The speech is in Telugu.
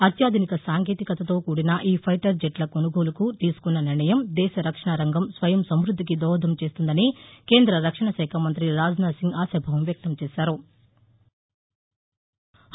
అత్యాధునిక సాంకేతికతతో కూడిన ఈ ఫైటర్ జెట్ల కొనుగోలుకు తీసుకున్న నిర్ణయం దేశ రక్షణ రంగం స్వయం సమృద్దికి దోహదం చేస్తుందని కేంద్ర రక్షణ మంత్రి రాజ్నాథ్ సింగ్ ఆశాభావం వ్యక్తంచేశారు